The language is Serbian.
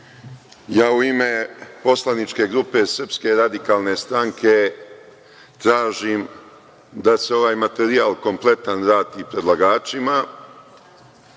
u ime poslaničke grupe Srpske radikalne stranke tražim da se ovaj materijal kompletan vrati predlagačima,